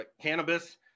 Cannabis